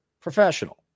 professional